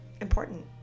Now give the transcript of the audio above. important